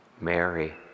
Mary